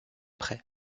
près